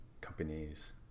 Companies